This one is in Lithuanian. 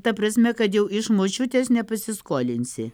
ta prasme kad jau iš močiutės nepasiskolinsi